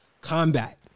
combat